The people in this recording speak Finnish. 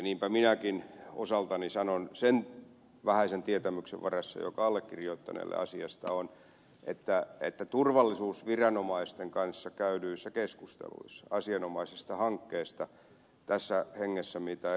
niinpä minäkin osaltani sanon sen vähäisen tietämyksen varassa joka allekirjoittaneella asiasta on että turvallisuusviranomaisten kanssa käydyissä keskusteluissa asianomaisesta hankkeesta tässä hengessä mitä ed